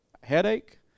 headache